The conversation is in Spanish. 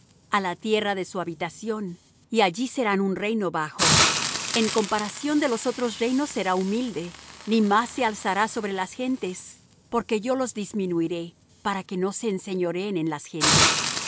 á la tierra de su habitación y allí serán un reino bajo en comparación de los otros reinos será humilde ni más se alzará sobre las gentes porque yo los disminuiré para que no se enseñoreen en las gentes y